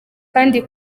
kandi